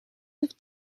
with